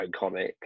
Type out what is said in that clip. iconic